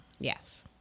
Yes